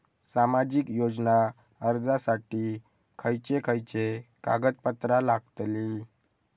सामाजिक योजना अर्जासाठी खयचे खयचे कागदपत्रा लागतली?